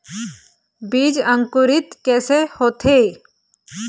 बीज अंकुरित कैसे होथे?